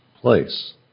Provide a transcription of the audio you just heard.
place